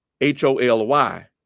H-O-L-Y